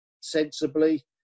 sensibly